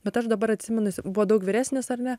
bet aš dabar atsimenu jis buvo daug vyresnis ar ne